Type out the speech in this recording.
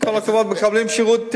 עם כל הכבוד, הם מקבלים שירות.